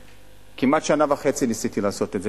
כמעט שנה וחצי ניסיתי לעשות את זה,